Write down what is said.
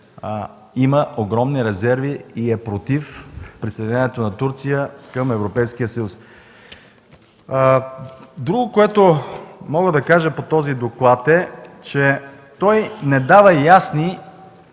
има огромни резерви и е против присъединяването на Турция към Европейския съюз. Друго, което мога да кажа по този доклад е, че той не дава ясни